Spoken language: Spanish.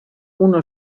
uno